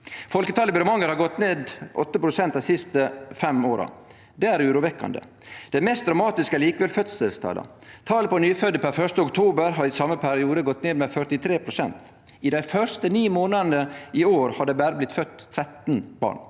Folketalet i Bremanger har gått ned 8 pst. dei siste fem åra. Det er urovekkjande. Det mest dramatiske er likevel fødselstala. Talet på nyfødde per l. oktober har i same periode gått ned med 43 pst. I dei første ni månadane i år har det berre blitt født 13 barn.